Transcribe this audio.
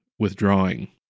Withdrawing